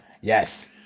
Yes